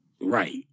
Right